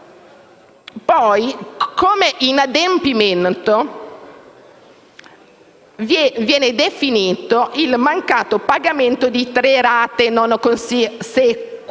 Poi, come inadempimento viene definito il mancato pagamento di tre rate non consecutive,